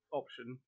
option